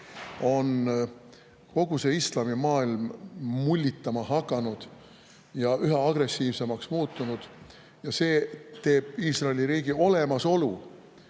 on kogu islamimaailm mullitama hakanud ja üha agressiivsemaks muutunud. See teeb Iisraeli riigi olemasolu